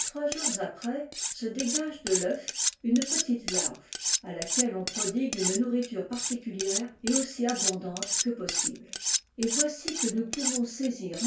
trois jours après se dégage de tœuf une petite larve à laquelle on prodigue une nourriture particulière et aussi abondante que possible et voici que nous pouvons saisir